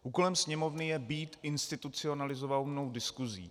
Úkolem Sněmovny je být institucionalizovanou diskuzí.